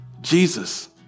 Jesus